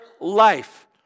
life